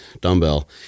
dumbbell